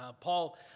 Paul